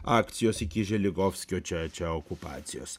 akcijos iki želigovskio čia čia okupacijos